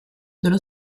dello